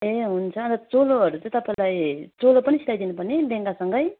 ए हुन्छ अन्त चोलोहरू चाहिँ तपाईँलाई चोलो पनि सिलाइदिनु पर्ने लेहेङ्गासँगै